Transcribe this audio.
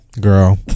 girl